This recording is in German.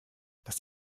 das